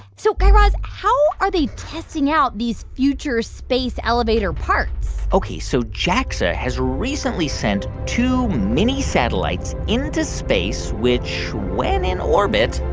so guy raz, how are they testing out these future space elevator parts? ok, so jaxa has recently sent two mini satellites into space, which, when in orbit.